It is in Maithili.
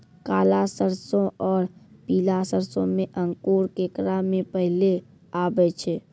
काला सरसो और पीला सरसो मे अंकुर केकरा मे पहले आबै छै?